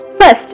First